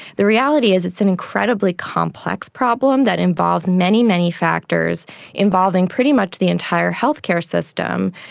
the reality is it's an incredibly complex problem that involves many, many factors involving pretty much the entire health care system,